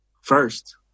first